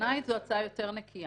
בעיניי זאת הצעה יותר נקייה.